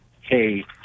hey